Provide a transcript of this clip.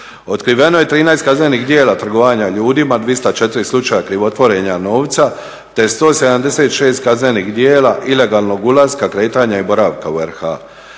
Otkriveno je 13 kaznenih djela trgovanja ljudima, 204 slučaja krivotvorenja novca te 176 kaznenih djela ilegalnog ulaska, kretanja i boravka u RH.